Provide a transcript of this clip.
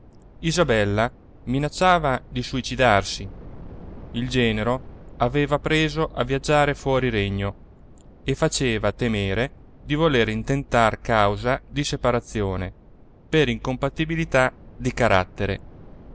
isabella minacciava di suicidarsi il genero aveva preso a viaggiare fuori regno e faceva temere di voler intentare causa di separazione per incompatibilità di carattere